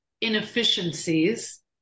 inefficiencies